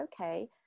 okay